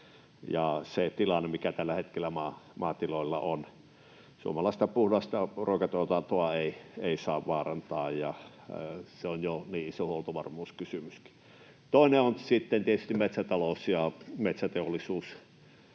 kuin tässä salissa avainkysymykseen. Suomalaista puhdasta ruokatuotantoa ei saa vaarantaa, ja se on jo niin iso huoltovarmuuskysymyskin. Toinen on sitten tietysti metsätalous ja metsäteollisuus.